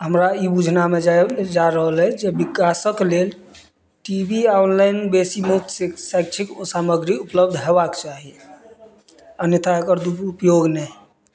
हमरा ई बुझनामे जा रहल अछि जे विकासक लेल टी वी आ ऑनलाइन बेसी बहुत शैक्षिक ओ सामग्री उपलब्ध होयबाक चाही अन्यथा एकर दूर्पयोग नहि